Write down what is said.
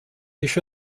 ещё